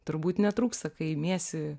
turbūt netrūksta kai imiesi